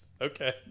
Okay